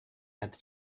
had